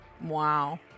Wow